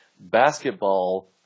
basketball